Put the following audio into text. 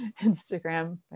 Instagram